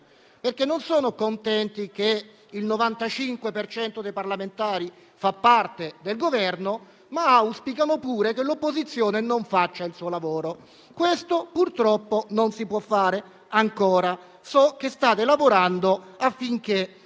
perché non sono contenti che il 95 per cento dei parlamentari faccia parte del Governo, ma auspicano pure che l'opposizione non faccia il suo lavoro. Questo, purtroppo, non si può fare, non ancora; so che state lavorando affinché